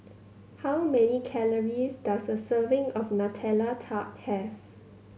how many calories does a serving of Nutella Tart have